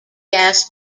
gas